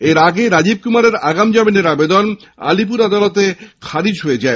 এর আগে রাজীব কুমারের আগাম জামিনের আবেদন আলিপুর আদালতে খারিজ হয়ে যায়